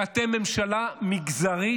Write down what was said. כי אתם ממשלה מגזרית,